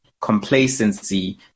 complacency